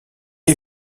est